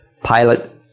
pilot